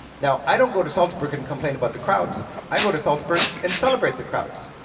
now i don't go to salzburg and complain about the crowds, i go to salzburg and celebrate the crowds,